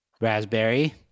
raspberry